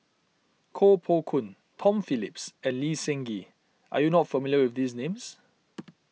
Koh Poh Koon Tom Phillips and Lee Seng Gee are you not familiar with these names